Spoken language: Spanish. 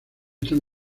están